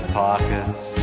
pockets